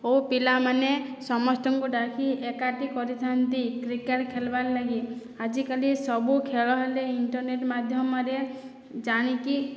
ଓ ପିଲାମାନେ ସମସ୍ତଙ୍କୁ ଡାକି ଏକାଠି କରିଥାନ୍ତି କ୍ରିକେଟ୍ ଖେଲ୍ବାର୍ଲାଗି ଆଜିକାଲି ସବୁ ଖେଳ ହେଲେ ଇଣ୍ଟର୍ନେଟ୍ ମାଧ୍ୟମରେ ଜାଣିକି